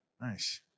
Nice